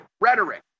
rhetoric